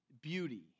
beauty